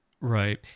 Right